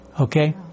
Okay